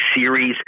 series